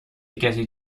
کسی